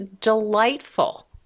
delightful